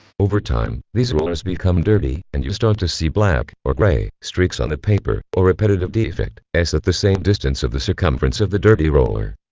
over time, these rollers become dirty, and you start to see black or gray streaks on the paper, or repetitive defects at the same distance of the circumference of the dirty roller.